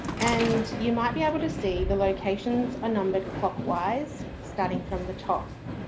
and you might be able to see the locations are numbered clockwise starting from the top,